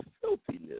filthiness